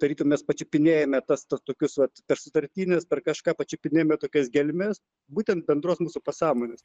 tarytum mes pačiupinėjame tas tuos tokius vat per sutartines per kažką pačiupinėjame tokias gelmes būtent bendros mūsų pasąmonės